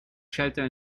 shelter